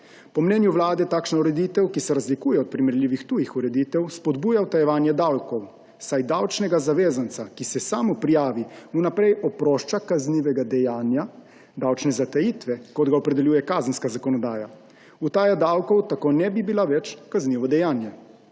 Po mnenju Vlade takšna ureditev, ki se razlikuje od primerljivih tujih ureditev, spodbuja utajevanje davkov, saj davčnega zavezanca, ki se samoprijavi, vnaprej oprošča kaznivega dejanja davčne zatajitve, kot ga opredeljuje kazenska zakonodaja. Utaja davkov tako ne bi bila več kaznivo dejanje.